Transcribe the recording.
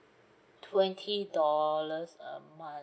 twenty dollars a month